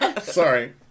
Sorry